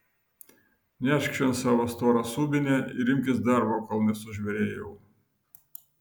nešk čion savo storą subinę ir imkis darbo kol nesužvėrėjau